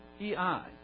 E-I